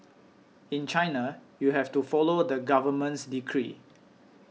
in China you have to follow the government's decree